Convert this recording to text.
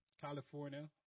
California